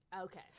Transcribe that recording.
Okay